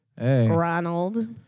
Ronald